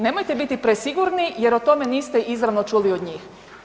Nemojte biti presigurni jer o tome niste izravno čuli od njih.